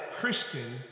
Christian